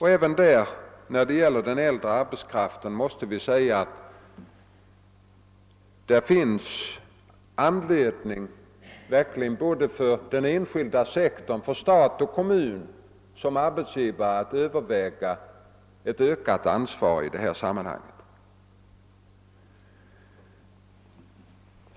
Såväl den enskilda sektorn som stat och kommun såsom arbetsgivare har verkligen anledning att överväga ett ökat ansvar i detta sammanhang.